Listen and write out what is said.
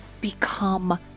become